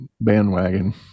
bandwagon